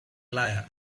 liar